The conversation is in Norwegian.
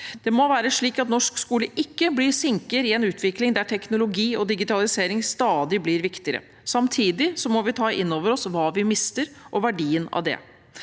taler sa. Norsk skole må ikke bli en sinke i en utvikling der teknologi og digitalisering blir stadig viktigere. Samtidig må vi ta innover oss hva vi mister, og verdien av det.